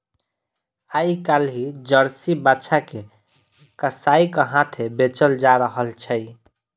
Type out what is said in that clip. आइ काल्हि जर्सी बाछा के कसाइक हाथेँ बेचल जा रहल छै